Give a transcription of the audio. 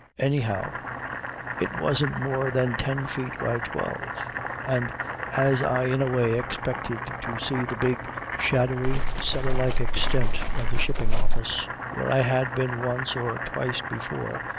anyhow it wasn't more than ten feet by twelve and as i in a way expected to see the big shadowy cellar-like extent of the shipping office where i had been once or twice before,